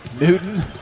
Newton